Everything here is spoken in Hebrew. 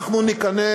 אנחנו ניכנס